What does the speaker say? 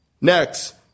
Next